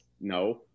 no